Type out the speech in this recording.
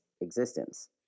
existence